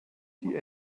die